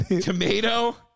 tomato